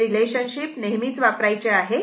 हे रिलेशनशिप नेहमी वापरायचे आहे